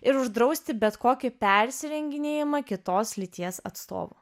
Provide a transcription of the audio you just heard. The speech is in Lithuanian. ir uždrausti bet kokį persirenginėjimą kitos lyties atstovu